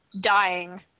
dying